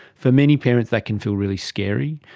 for many parents that can feel really scary,